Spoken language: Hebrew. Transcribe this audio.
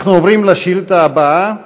אנחנו עוברים לשאילתה הבאה.